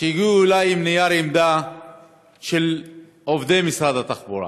שהגיעו אלי עם נייר עמדה של עובדי משרד התחבורה